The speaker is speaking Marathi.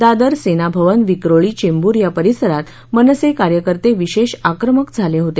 दादर सेनाभवन विक्रोळी चेंबूर या परिसरात मनसे कार्यकर्ते विशेष आक्रमक झाले होते